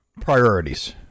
Priorities